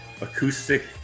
acoustic